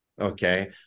Okay